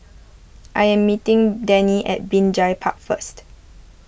I am meeting Dennie at Binjai Park first